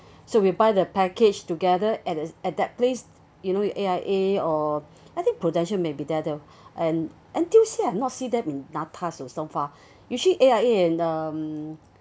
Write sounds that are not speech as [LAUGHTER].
so we buy the package together at the at that place you know you A_I_A or [BREATH] I think rudential may be there though N_T_U_C I have not see them in NATAS so far [BREATH] usually A_I_A and um